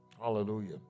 Hallelujah